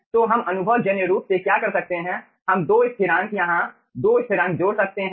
तो हम अनुभवजन्य रूप से क्या कर सकते हैं हम 2 स्थिरांक यहाँ 2 स्थिरांक जोड़ सकते हैं